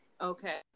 Okay